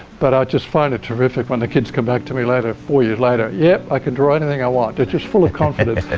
but i just find it terrific when the kids come back to me later, four years later yep i can draw anything i want. they're just full of confidence.